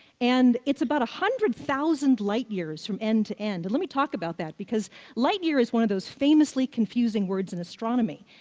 and it's about one hundred thousand light-years from end to end. let me talk about that, because light-year is one of those famously confusing words in astronomy.